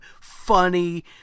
funny